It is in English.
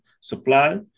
Supply